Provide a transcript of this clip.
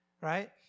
right